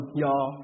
y'all